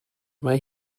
mae